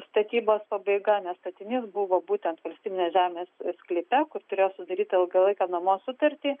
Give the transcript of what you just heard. statybos pabaiga nes statinys buvo būtent valstybinės žemės sklype kur turėjo sudaryti ilgalaikę nuomos sutartį